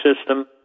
system